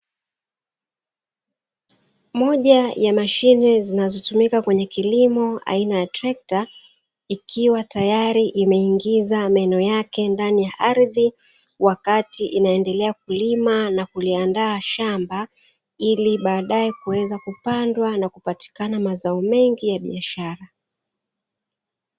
Moja ya mashine zinazotumika katika kilimo aina ya trekta, ikiwa tayari imeingiza meno yake ndani ya ardhi wakati inaendelea kulima na kuliandaa shamba, ili baadae kuwezwa kupandwa na kupatikana mazao mengi ya biashara.